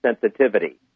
sensitivity